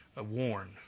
warn